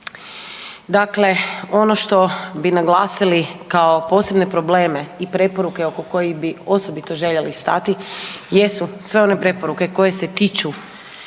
Dakle, ono što bi naglasili kao posebne probleme i preporuke oko kojih bi osobito željeli stati jesu sve one preporuke koje se tiču